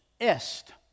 est